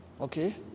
okay